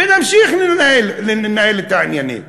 ונמשיך לנהל את העניינים.